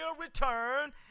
return